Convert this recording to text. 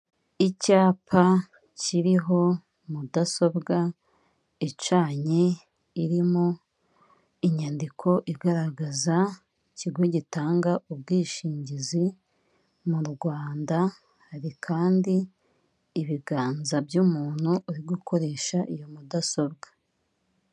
Icyapa kiriho mudasobwa icanye irimo inyandiko igaragaza ikigo gitanga ubwishingizi mu Rwanda hari kandi ibiganza by'umuntu uri gukoresha iyo mudasobwa.